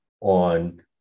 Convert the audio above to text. on